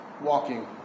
walking